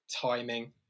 timing